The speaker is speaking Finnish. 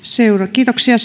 kiitoksia